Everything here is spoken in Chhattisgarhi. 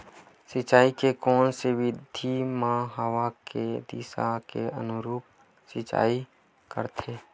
सिंचाई के कोन से विधि म हवा के दिशा के अनुरूप सिंचाई करथे?